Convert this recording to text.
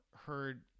heard